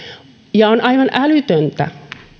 on aivan älytöntä